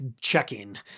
checking